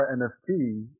nfts